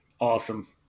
Awesome